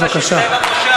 בבקשה.